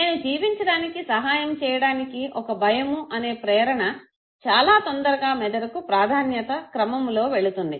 నేను జీవించటానికి సహాయం చేయడానికి ఈ భయము అనే ప్రేరణ చాలా తొందరగా మెదడుకు ప్రాధాన్యత క్రమములో వెళుతుంది